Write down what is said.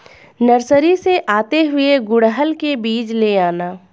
nursery से आते हुए गुड़हल के बीज ले आना